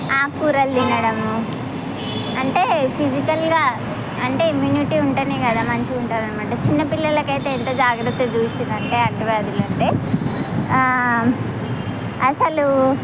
ఆకుకూరలు తినడము అంటే ఫిజికల్గా అంటే ఇమ్యూనిటీ ఉంటేనే కదా మంచిగుంటారనమాట చిన్నపిల్లలకైతే ఎంత జాగ్రత్తగా చూసారంటే అంటువ్యాధులంటే అసలు